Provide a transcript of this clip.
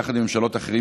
יחד עם ממשלות אחרות,